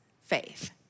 faith